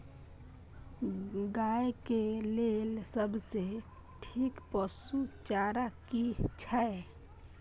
गाय के लेल सबसे ठीक पसु चारा की छै?